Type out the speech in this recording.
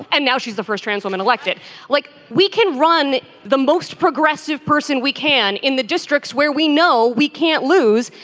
and now she's the first trans woman elected like we can run the most progressive person we can. in the districts where we know we can't lose.